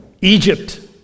Egypt